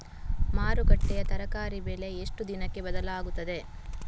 ಮಾರುಕಟ್ಟೆಯ ತರಕಾರಿ ಬೆಲೆ ಎಷ್ಟು ದಿನಕ್ಕೆ ಬದಲಾಗುತ್ತದೆ?